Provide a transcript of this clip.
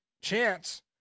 chance